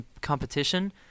competition